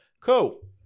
Cool